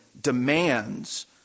demands